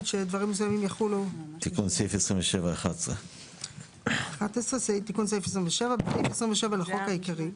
11. תיקון סעיף 27. בסעיף 27 לחוק העיקרי,